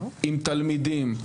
עם תלמידים,